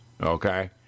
Okay